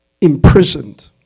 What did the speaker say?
imprisoned